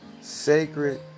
sacred